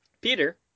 Peter